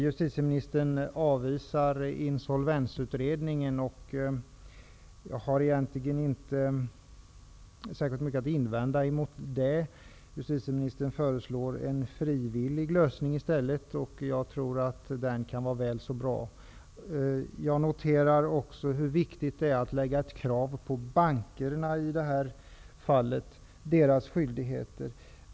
Justitieministern avvisar insolvensutredningen, och jag har egentligen inte särskilt mycket att invända mot det. Justitieministern föreslår i stället en frivillig lösning, och jag tror att en sådan kan vara väl så bra. Jag noterar också hur viktigt det är att lägga ett krav på bankerna i det här fallet, att betona deras skyldigheter.